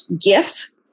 gifts